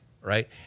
right